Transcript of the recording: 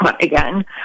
again